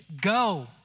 Go